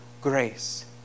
grace